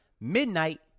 Midnight